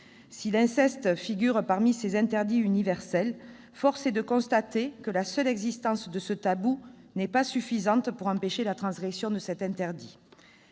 Si l'inceste figure parmi ces interdits universels, force est de constater que la seule existence de ce tabou n'est pas suffisante pour empêcher la transgression de cet interdit.